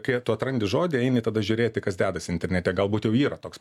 kai tu atrandi žodį eini tada žiūrėti kas dedasi internete galbūt jau yra toks